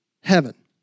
heaven